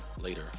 later